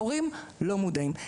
הורים לא מודעים.